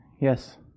Yes